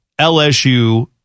LSU